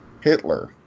Hitler